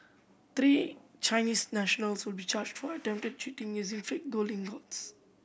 three Chinese nationals will be charged for attempted cheating using fake gold ingots